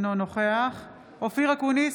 אינו נוכח אופיר אקוניס,